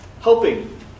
helping